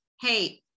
hey